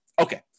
Okay